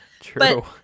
True